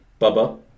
Bubba